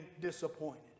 disappointed